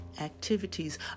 activities